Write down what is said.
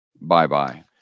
bye-bye